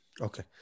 okay